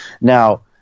Now